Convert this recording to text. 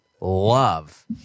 love